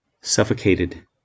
suffocated